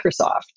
Microsoft